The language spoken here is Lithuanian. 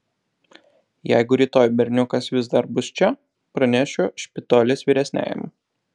jeigu rytoj berniukas vis dar bus čia pranešiu špitolės vyresniajam